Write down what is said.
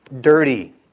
dirty